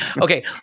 Okay